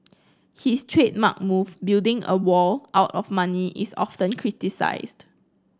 his trademark move building a wall out of money is often criticised